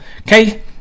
okay